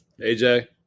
AJ